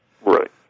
Right